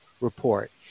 report